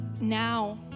now